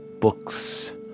books